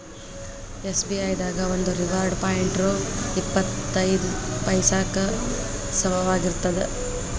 SBI ದಾಗ ಒಂದು reward point ರೊ ಇಪ್ಪತ್ ಐದ ಪೈಸಾಕ್ಕ ಸಮನಾಗಿರ್ತದ